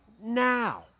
now